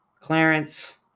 Clarence